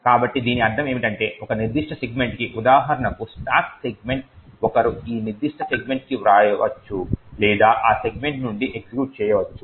కాబట్టి దీని అర్థం ఏమిటంటే ఒక నిర్దిష్ట సెగ్మెంట్ కి ఉదాహరణకు స్టాక్ సెగ్మెంట్ ఒకరు ఆ నిర్దిష్ట సెగ్మెంట్ కి వ్రాయవచ్చు లేదా ఆ సెగ్మెంట్ నుండి ఎగ్జిక్యూట్ చేయవచ్చు